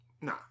Nah